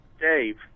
Dave